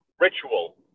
ritual